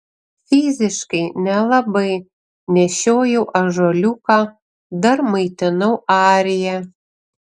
fiziškai nelabai nešiojau ąžuoliuką dar maitinau ariją